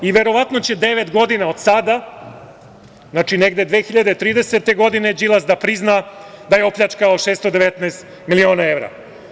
I verovatno će devet godina od sada, negde 2030. godine, Đilas da prizna da je opljačkao 619 miliona evra.